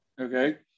Okay